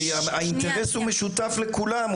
הרי האינטרס הוא משותף לכולם.